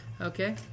Okay